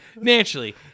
Naturally